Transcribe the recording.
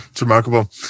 remarkable